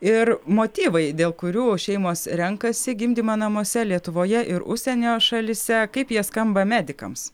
ir motyvai dėl kurių šeimos renkasi gimdymą namuose lietuvoje ir užsienio šalyse kaip jie skamba medikams